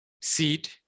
seed